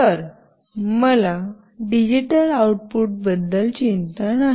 तर मला डिजिटल आउटपुटबद्दल चिंता नाही